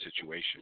situation